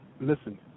listen